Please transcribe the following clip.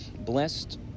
Blessed